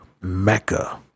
Mecca